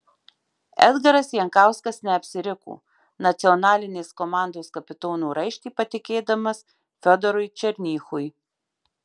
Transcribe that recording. edgaras jankauskas neapsiriko nacionalinės komandos kapitono raištį patikėdamas fiodorui černychui